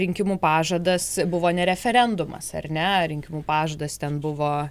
rinkimų pažadas buvo ne referendumas ar ne rinkimų pažadas ten buvo